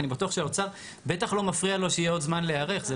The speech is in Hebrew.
אני בטוח שהאוצר בטח לא מפריע לו שיהיה עוד זמן להיערך.